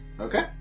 Okay